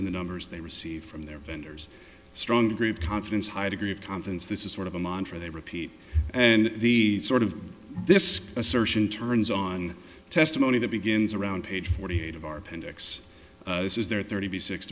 in the numbers they receive from their vendors strong degree of confidence high degree of confidence this is sort of a mantra they repeat and these sort of this assertion turns on testimony that begins around page forty eight of our pentax this is their thirty six